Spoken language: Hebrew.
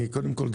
קודם כול,